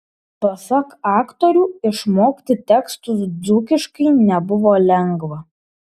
pasak aktorių išmokti tekstus dzūkiškai nebuvo lengva